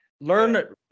learn